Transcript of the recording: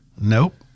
Nope